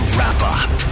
Wrap-Up